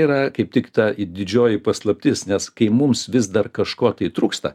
yra kaip tik ta didžioji paslaptis nes kai mums vis dar kažko tai trūksta